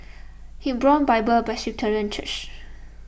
Hebron Bible Presbyterian Church